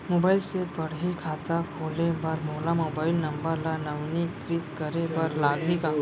Mobile से पड़ही खाता खोले बर मोला मोबाइल नंबर ल नवीनीकृत करे बर लागही का?